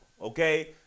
Okay